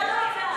משרד האוצר.